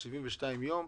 גם את זה ב-72 ימים?